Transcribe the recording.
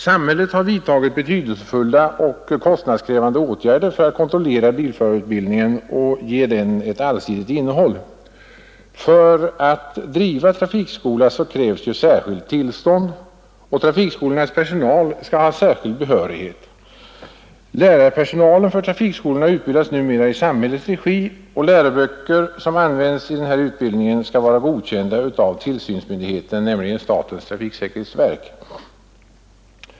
Samhället har vidtagit betydelsefulla och kostnadskrävande åtgärder för att kontrollera bilförarutbildningen och ge den ett allsidigt innehåll. För att driva trafikskola krävs särskilt tillstånd, och trafikskolornas personal skall ha särskild behörighet. Lärarpersonalen vid trafikskolorna utbildas numera i samhällets regi, och läroböcker som används i denna utbildning skall vara godkända av tillsynsmyndigheten, statens trafiksäkerhetsverk.